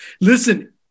Listen